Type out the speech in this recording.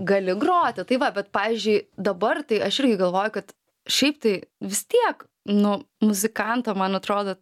gali groti tai va bet pavyzdžiui dabar tai aš irgi galvoju kad šiaip tai vis tiek nu muzikanto man atrodo